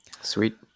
Sweet